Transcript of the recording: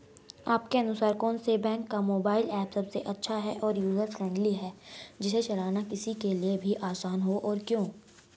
आपके अनुसार कौन से बैंक का मोबाइल ऐप सबसे अच्छा और यूजर फ्रेंडली है जिसे चलाना किसी के लिए भी आसान हो और क्यों?